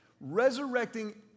resurrecting